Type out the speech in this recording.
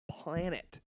planet